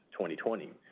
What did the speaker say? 2020